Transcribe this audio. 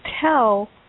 tell